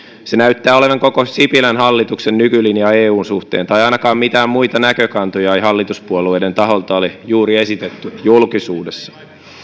se näyttää olevan koko sipilän hallituksen nykylinja eun suhteen tai ainakaan mitään muita näkökantoja ei hallituspuolueiden taholta ole juuri esitetty julkisuudessa